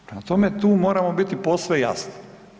Prema tome tu moramo biti posve jasni.